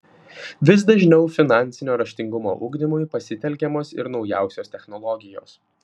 vis dažniau finansinio raštingumo ugdymui pasitelkiamos ir naujausios technologijos